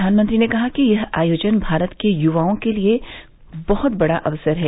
प्रधानमंत्री ने कहा कि यह आयोजन भारत के युवाओं के लिये बहुत बड़ा अवसर है